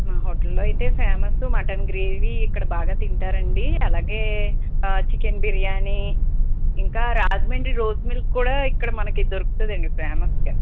మా హోటల్లో అయితే ఫేమస్ మటన్ గ్రేవీ ఇక్కడ బాగా తింటారండీ అలాగే చికెన్ బిర్యాని ఇంకా రాజమండ్రి రోజ్ మిల్క్ కూడా ఇక్కడ మనకు దొరుకుతుందండి ఫేమస్గా